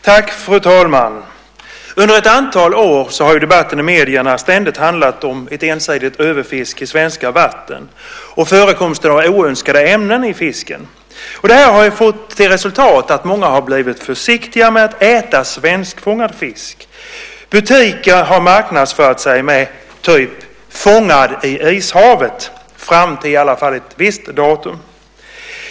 Fru talman! Under ett antal år har debatten i medierna ständigt handlat om ett ensidigt överfiske i svenska vatten och förekomsten av oönskade ämnen i fisken. Det har fått till resultat att många har blivit försiktiga med att äta svenskfångad fisk. Butiker har marknadsfört sig med "fångad i Ishavet" fram till åtminstone ett visst datum.